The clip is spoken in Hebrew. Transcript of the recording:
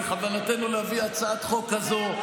בכוונתנו להביא הצעת חוק כזו,